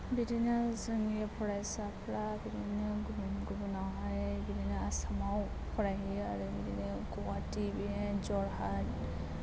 बिदिनो जोंनि फरायसाफोरा बिदिनो गुबुन गुबुनावहाय बिदिनो आसामाव फरायहैयो आरो बिदिनो गुवाहाटी बिदिनो जरहाट